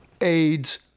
AIDS